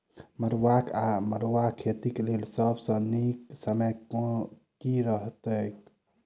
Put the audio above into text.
मरुआक वा मड़ुआ खेतीक लेल सब सऽ नीक समय केँ रहतैक?